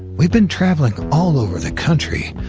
we've been traveling all over the country,